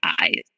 eyes